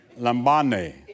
Lambane